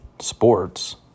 sports